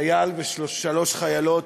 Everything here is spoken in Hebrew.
אדוני היושב-ראש, חברי חברי